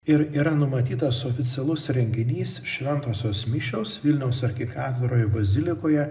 ir yra numatytas oficialus renginys šventosios mišios vilniaus arkikatedroje bazilikoje